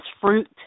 Fruit